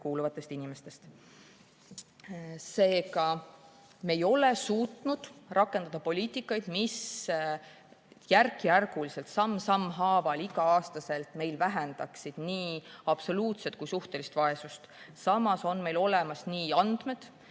kuuluvatest inimestest. Seega, me ei ole suutnud rakendada poliitikat, mis järk-järgult, samm sammu haaval iga aastaga vähendaks nii absoluutset kui ka suhtelist vaesust. Samas on meil olemas andmed,